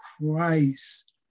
Christ